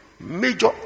Major